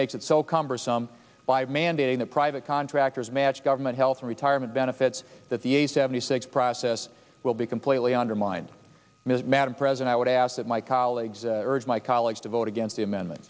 makes it so cumbersome by mandating that private contractors match government health and retirement benefits that the a seventy six process will be completely undermined ms madam president i would ask that my colleagues urge my colleagues to vote against the amendment